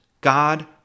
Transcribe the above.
God